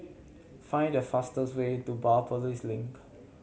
find the fastest way to Biopolis Link